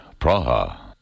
Praha